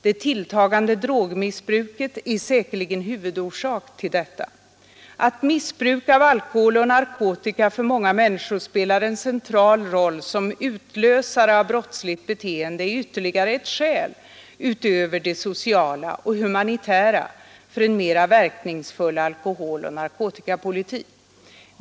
Det tilltagande drogmissbruket är säkerligen huvudorsak till detta. Att missbruk av alkohol och narkotika för många människor spelar en central roll som utlösare av brottsligt beteende är ytterligare ett skäl utöver de sociala och humanitära för en mera verkningsfull alkoholoch narkotikapolitik.